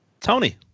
Tony